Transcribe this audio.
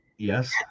Yes